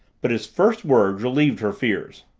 but his first words relieved her fears.